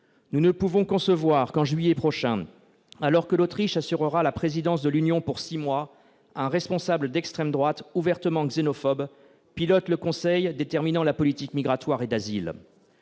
Nous ne pouvons concevoir que, en juillet prochain, lorsque l'Autriche assurera la présidence de l'Union pour six mois, un responsable d'extrême droite ouvertement xénophobe pilote le Conseil déterminant la politique migratoire et d'asile.